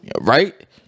Right